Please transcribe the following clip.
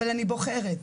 אבל אני בוחרת בכך.